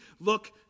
look